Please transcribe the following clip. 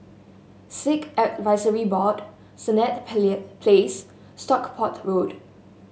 Sikh Advisory Board Senett Place Stockport Road